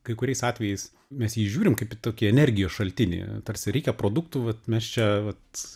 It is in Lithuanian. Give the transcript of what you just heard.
kai kuriais atvejais mes į jį žiūrim kaip į tokį energijos šaltinį tarsi reikia produktų vat mes čia vat